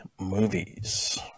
movies